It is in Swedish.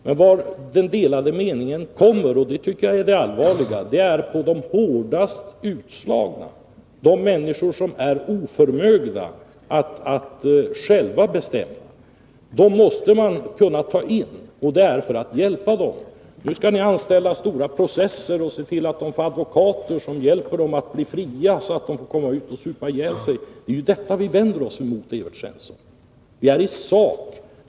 Det allvarliga är att den delade meningen framträder när vi diskuterar de mest utslagna — de människor som är oförmögna att själva bestämma. Dem måste vi kunna ta in för vård. Det måste ske för att vi skall kunna hjälpa dem. Nu skall ni anställa stora processer och se till att de får advokater som hjälper dem att bli fria, så att de får komma ut och supa ihjäl sig. Detta vänder vi oss emot, Evert Svensson.